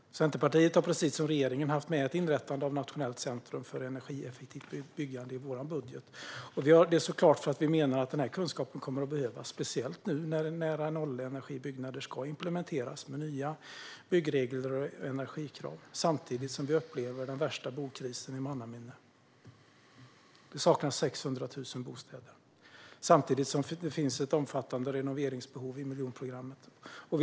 Centerpartiet har precis som regeringen haft med inrättande av ett nationellt centrum för energieffektivt byggande i sin budget. Det har vi såklart eftersom vi menar att denna kunskap kommer att behövas, speciellt nu när nära-nollenergibyggnader ska implementeras med nya byggregler och energikrav och vi samtidigt upplever den värsta bokrisen i mannaminne. Det saknas 600 000 bostäder. Det finns även ett omfattande renoveringsbehov i miljonprogramshusen.